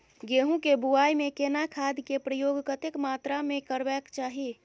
गेहूं के बुआई में केना खाद के प्रयोग कतेक मात्रा में करबैक चाही?